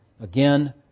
again